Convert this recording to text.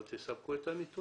אבל תספקו את הנתונים.